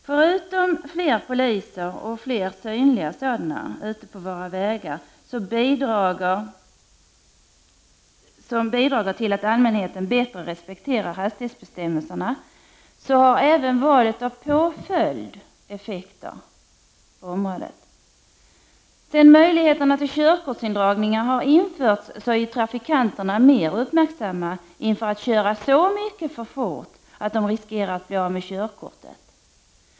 Förutom att fler poliser, och fler synliga sådana ute på våra vägar, bidrar till att allmänheten bättre respekterar hastighetsbestämmelserna, har även valet av påföljd vissa effekter. Sedan möjligheterna till körkortsindragning införts är trafikanterna mer uppmärksamma inför att köra så mycket för fort att de riskerar att bli av med körkortet.